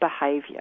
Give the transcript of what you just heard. behavior